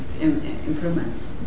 improvements